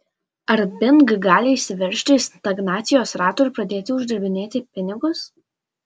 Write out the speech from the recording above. ar bing gali išsiveržti iš stagnacijos rato ir pradėti uždirbinėti pinigus